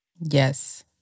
Yes